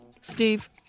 Steve